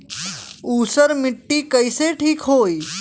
ऊसर वाली मिट्टी कईसे ठीक होई?